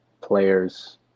players